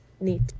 need